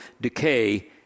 decay